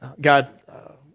God